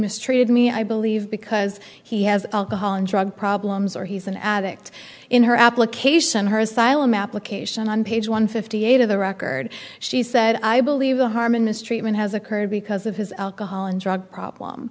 mistreated me i believe because he has alcohol and drug problems or he's an addict in her application her asylum application on page one fifty eight of the record she said i believe the harm and mistreatment has occurred because of his alcohol and drug problem